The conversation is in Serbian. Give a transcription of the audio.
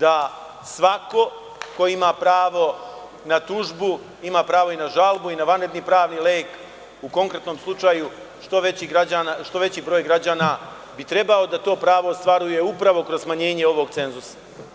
da svako ko ima pravo na tužbu ima pravo i na žalbu i na vanredni pravni lek u konkretnom slučaju što veći broj građana bi trebao da to pravo ostvaruje upravo kroz smanjenje ovog cenzusa.